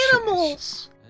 animals